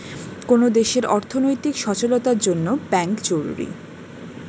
কোন দেশের অর্থনৈতিক সচলতার জন্যে ব্যাঙ্ক জরুরি